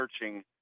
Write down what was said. searching